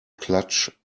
clutch